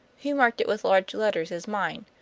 who marked it with large letters as mine?